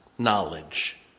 knowledge